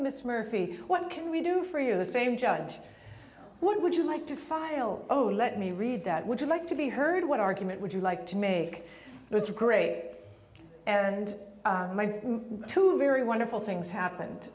mr murphy what can we do for you the same judge would you like to file oh do let me read that would you like to be heard what argument would you like to make those are great and my two very wonderful things happened